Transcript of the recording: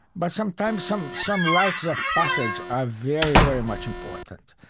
but sometimes, some some rites of passage are very, very much important.